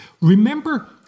Remember